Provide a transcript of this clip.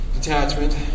detachment